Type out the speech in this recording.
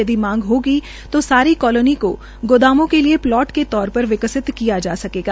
यदि मांग होगी तो साली कालोनी को गोदामों के लिये प्लॉट के तौर विकसित किया जा सकेगा